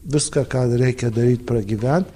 viską ką reikia daryt pragyvent